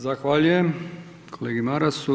Zahvaljujem kolegi Marasu.